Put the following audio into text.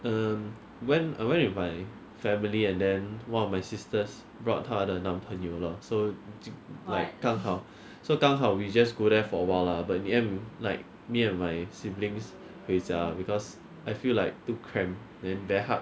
um went I went with my family and then one of my sister's brought 她的男朋友 lor so like 刚好 so 刚好 we just go there for a while lah but in the end like me and my siblings 回家 because I feel like too cramped then very hard